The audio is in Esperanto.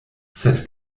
sed